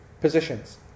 positions